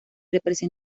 represa